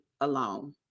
alone